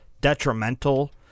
detrimental